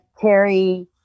Terry